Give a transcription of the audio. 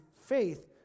faith